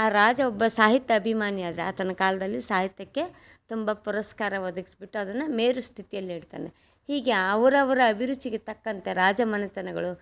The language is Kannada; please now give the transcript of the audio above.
ಆ ರಾಜ ಒಬ್ಬ ಸಾಹಿತ್ಯ ಅಭಿಮಾನಿ ಆದರೆ ಆತನ ಕಾಲದಲ್ಲಿ ಸಾಹಿತ್ಯಕ್ಕೆ ತುಂಬ ಪುರಸ್ಕಾರ ಒದಗಿಸ್ಬಿಟ್ಟು ಅದನ್ನು ಮೇರು ಸ್ಥಿತಿಯಲ್ಲಿ ಇಡ್ತಾನೆ ಹೀಗೆ ಅವರವ್ರ ಅಭಿರುಚಿಗೆ ತಕ್ಕಂತೆ ರಾಜಮನೆತನಗಳು